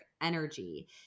energy